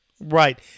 Right